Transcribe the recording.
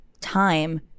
time